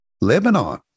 Lebanon